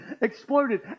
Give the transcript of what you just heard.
exploded